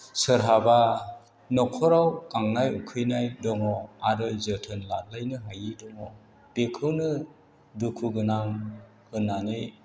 सोरहाबा न'खराव गांनाय उखैनाय दङ आरो जोथोन लाहैनो हायि दङ बेखौनो दुखुगोनां होननानै